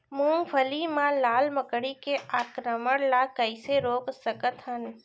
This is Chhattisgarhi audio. मूंगफली मा लाल मकड़ी के आक्रमण ला कइसे रोक सकत हन?